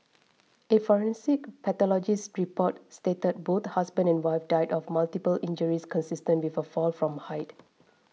a forensic pathologist's report stated both husband and wife died of multiple injuries consistent with a fall from height